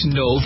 no